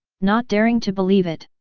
not daring to believe it.